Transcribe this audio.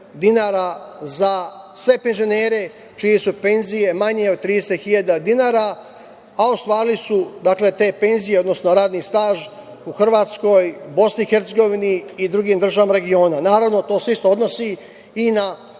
dinara za sve penzionere čije su penzije manje od 30.000 dinara, a ostvarili su, dakle, te penzije, odnosno radni staž u Hrvatskoj, BiH i drugim državama regiona. Naravno, to se isto odnosi i na